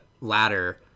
ladder